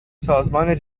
سازمان